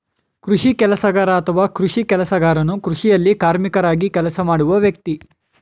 ಕೃಷಿ ಕೆಲಸಗಾರ ಅಥವಾ ಕೃಷಿ ಕೆಲಸಗಾರನು ಕೃಷಿಯಲ್ಲಿ ಕಾರ್ಮಿಕರಾಗಿ ಕೆಲಸ ಮಾಡುವ ವ್ಯಕ್ತಿ